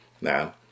Now